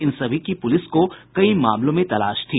इन सभी की पुलिस को कई मामलों में तलाश थी